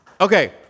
Okay